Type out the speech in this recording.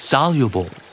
Soluble